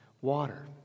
water